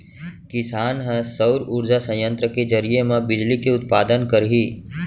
किसान ह सउर उरजा संयत्र के जरिए म बिजली के उत्पादन करही